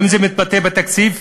האם זה מתבטא בתקציב?